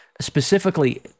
specifically